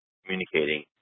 communicating